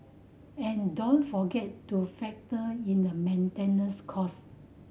and don't forget to factor in a maintenance cost